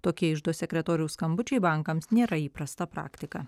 tokie iždo sekretoriaus skambučiai bankams nėra įprasta praktika